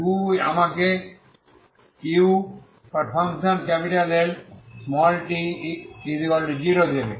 2 আমাকে uLt0 দেবে